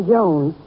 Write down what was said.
Jones